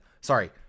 Sorry